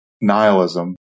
nihilism